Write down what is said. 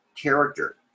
character